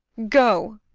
go